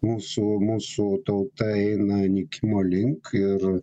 mūsų mūsų tauta eina nykimo link ir